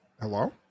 hello